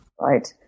right